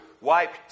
wipe